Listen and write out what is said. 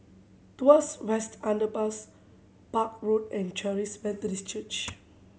Tuas West Underpass Park Road and Charis Methodist Church